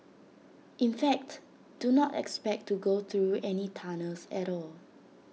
in fact do not expect to go through any tunnels at all